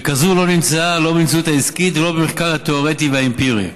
וכזו לא נמצאה לא במציאות העסקית ולא במחקר התיאורטי והאמפירי.